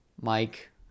Mike